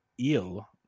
Eel